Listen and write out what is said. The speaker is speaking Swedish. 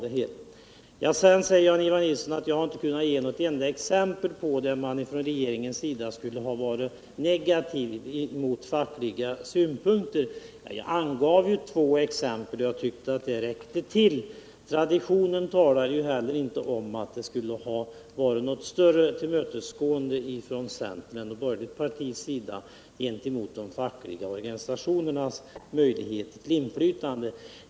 Sedan säger Jan-Ivan Nilsson att jag inte har kunnat ge något enda exempel på att regeringen skulle ha varit negativ mot fackliga synpunkter. Jag angav ju två exempel och jag tyckte att de räckte till. Traditionen talar ju inte heller om att det skulle ha varit något större tillmötesgående från centerns eller något borgerligt partis sida gentemot de fackliga organisationernas möjligheter till inflytande.